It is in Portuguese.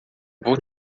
vou